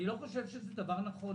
אני לא חושב שזה דבר נכון,